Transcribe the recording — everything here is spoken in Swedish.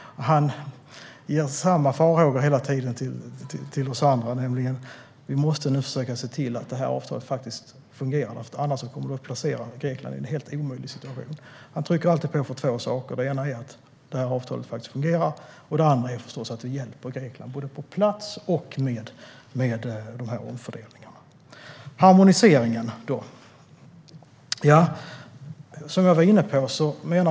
Han framför hela tiden samma farhågor till oss andra. Vi måste se till att avtalet faktiskt fungerar. Annars kommer Grekland att placeras i en helt omöjlig situation. Han trycker på för två saker. Den ena är att avtalet fungerar, och den andra är att vi hjälper Grekland på plats och med omfördelningen. Så till frågan om harmoniseringen.